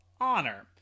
honor